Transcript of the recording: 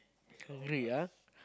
hungry ah